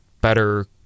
better